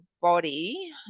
body